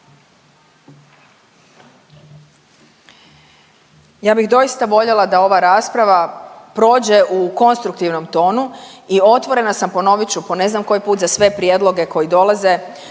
Ja bih doista voljela da ova rasprava prođe u konstruktivnom tonu i otvorena sam, ponovit ću po ne znam koji put, za sve prijedloge koji dolaze